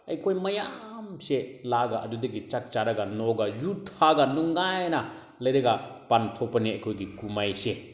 ꯑꯩꯈꯣꯏ ꯃꯌꯥꯝꯁꯦ ꯂꯥꯛꯑꯒ ꯑꯗꯨꯗꯒꯤ ꯆꯥꯛ ꯆꯥꯔꯒ ꯅꯣꯛꯑꯒ ꯌꯨ ꯊꯛꯑꯒ ꯅꯨꯡꯉꯥꯏꯅ ꯂꯩꯔꯒ ꯄꯥꯡꯊꯣꯛꯄꯅꯦ ꯑꯩꯈꯣꯏꯒꯤ ꯀꯨꯝꯍꯩꯁꯦ